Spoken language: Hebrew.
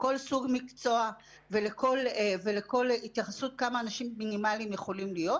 לכל סוג מקצוע ולכל התייחסות כמה אנשים מינימליים יכולים להיות.